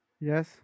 Yes